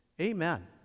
Amen